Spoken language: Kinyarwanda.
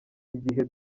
igihe